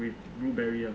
with blueberry ah